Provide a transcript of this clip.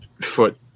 foot